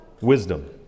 wisdom